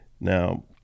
Now